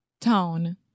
Tone